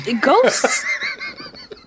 ghosts